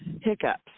hiccups